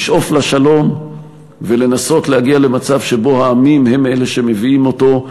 לשאוף לשלום ולנסות להגיע למצב שבו העמים הם שמביאים אותו,